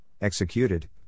executed